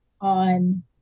on